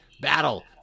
battle